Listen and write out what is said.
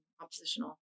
oppositional